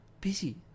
busy